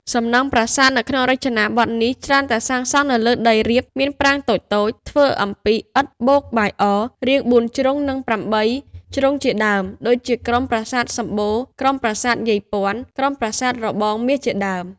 សំណង់ប្រាសាទនៅក្នុងរចនាបថនេះ ច្រើនតែសាងសង់នៅលើដីរាប មានប្រាង្គតូចៗ ធ្វើអំពីឥដ្ឋបូកបាយអ រាងបួនជ្រុងនិងប្រាំបីជ្រុងជាដើម ដូចជាក្រុមប្រាសាទសំបូរ ក្រុមប្រាសាទយាយព័ន្ធ ក្រុមប្រាសាទរបងរមាសជាដើម